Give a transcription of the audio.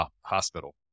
Hospital